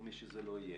או מי שזה לא יהיה.